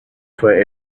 fue